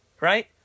right